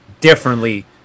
differently